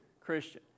Christian